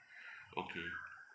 okay